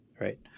Right